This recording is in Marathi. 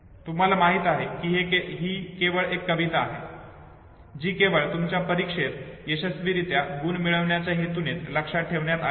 तुम्हाला माहिती आहे की ही केवळ एक कविता आहे जी केवळ तुमच्या परीक्षेत यशस्वीरित्या गुण मिळवण्याच्या हेतूनेच लक्षात ठेवण्यात आली होती